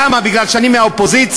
למה, מפני שאני מהאופוזיציה?